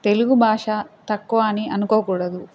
తెలుగు భాష తక్కువ అని అనుకోకూడదు